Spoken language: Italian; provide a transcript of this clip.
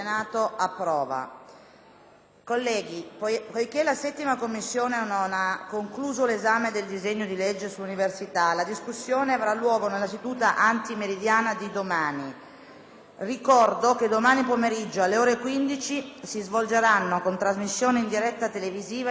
poiché la 7a Commissione non ha concluso l'esame del disegno di legge sull'università, la discussione avrà luogo nella seduta antimeridiana di domani. Ricordo che domani pomeriggio, alle ore 15, si svolgeranno, con trasmissione in diretta televisiva, interrogazioni a risposta immediata